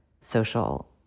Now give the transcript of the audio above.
social